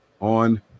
on